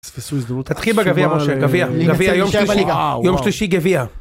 תתחיל בגביע, משה, גביע, גביע, יום שלישי גביע.